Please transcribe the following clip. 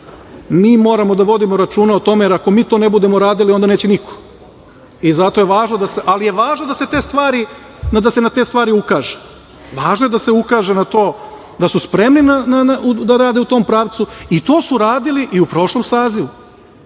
Mi moramo da vodimo računa o tome, jer ako mi to ne budemo radili onda neće niko. Zato je važno da se na te stvari ukaže. Važno je da se ukaže na to da su spremni da rade u tom pravcu i to su radili i u prošlom sazivu. Dakle,